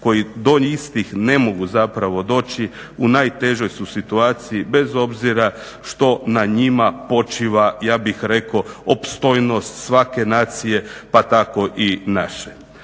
koji do istih ne mogu zapravo doći, u najtežoj su situaciji bez obzira što na njima počiva, ja bih rekao opstojnost svake nacije pa tako i naše.